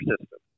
system